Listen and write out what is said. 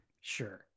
sure